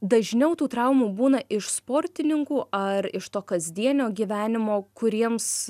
dažniau tų traumų būna iš sportininkų ar iš to kasdienio gyvenimo kuriems